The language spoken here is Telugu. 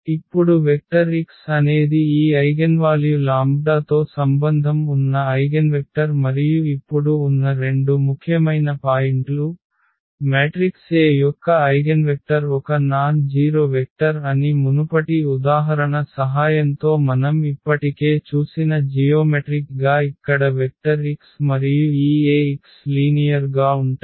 ఇప్పుడు వెక్టర్ x అనేది ఈ ఐగెన్వాల్యు లాంబ్డాతో సంబంధం ఉన్న ఐగెన్వెక్టర్ మరియు ఇప్పుడు ఉన్న రెండు ముఖ్యమైన పాయింట్లు మ్యాట్రిక్స్ A యొక్క ఐగెన్వెక్టర్ ఒక నాన్ జీరొ వెక్టర్ అని మునుపటి ఉదాహరణ సహాయంతో మనం ఇప్పటికే చూసిన జియోమెట్రిక్ గా ఇక్కడ వెక్టర్ x మరియు ఈ Ax లీనియర్ గా ఉంటాయి